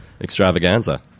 extravaganza